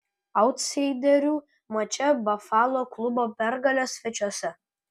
autsaiderių mače bafalo klubo pergalė svečiuose